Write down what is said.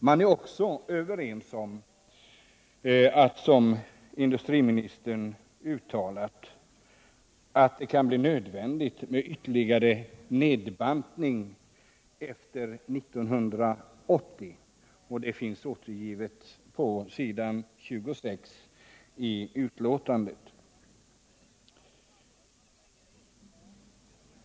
Man är också överens om att — som industriministern uttalat — det kan bli nödvändigt med ytterligare nedbantning efter 1980. Det finns återgivet på s. 26 i betänkandet.